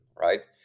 right